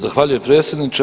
Zahvaljujem predsjedniče.